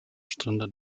strände